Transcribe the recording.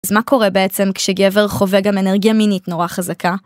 אז מה קורה בעצם כשגבר חווה גם אנרגיה מינית נורא חזקה?